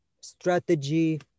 strategy